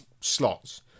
slots